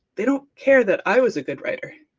they don't care that i was a good writer,